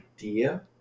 idea